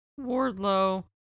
Wardlow